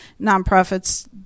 nonprofits